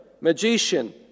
magician